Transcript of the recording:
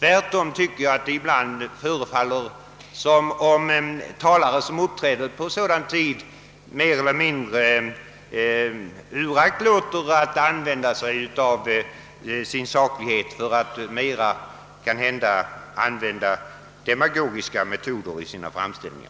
Tvärtom förefaller det mig ibland som om talare som uppträder på TV-tid mer eller mindre uraktlåter saklighet för att i stället använda demagogiska metoder i sina framställningar.